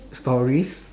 stories